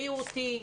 בריאותי,